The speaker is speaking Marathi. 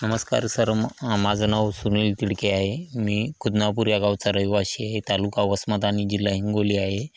नमस्कार सर म माझं नाव सुनील तिडके आहे मी खुदनापूर या गावचा रहिवाशी आहे तालुका वसमत आणि जिल्हा हिंगोली आहे